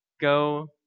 Go